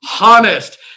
Honest